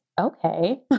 okay